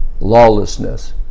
Lawlessness